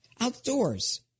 outdoors